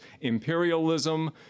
imperialism